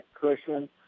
cushion